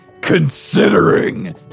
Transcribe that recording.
considering